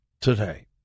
today